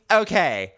okay